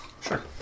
Sure